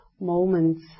moments